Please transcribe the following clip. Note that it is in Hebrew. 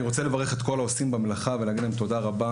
אני רוצה לברך את כל העושים במלאכה ולהגיד להם תודה רבה.